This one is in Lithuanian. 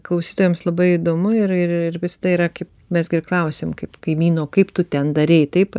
klausytojams labai įdomu ir ir ir visa tai yra kaip mes gi ir klausėm kaip kaimyno kaip tu ten darei taip